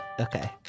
Okay